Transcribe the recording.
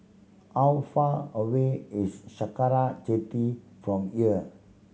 how far away is Sakra Jetty from here